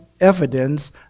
evidence